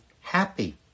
happy